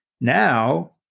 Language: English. Now